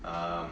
um